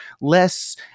less